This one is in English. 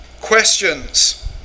questions